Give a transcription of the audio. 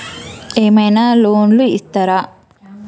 ఏమైనా లోన్లు ఇత్తరా?